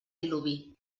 diluvi